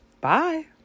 Bye